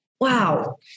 wow